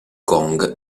gong